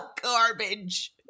garbage